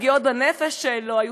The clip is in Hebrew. פגיעות בנפש לא היו,